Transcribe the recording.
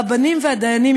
הרבנים והדיינים,